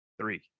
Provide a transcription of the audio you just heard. Three